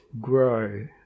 grow